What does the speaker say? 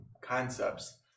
concepts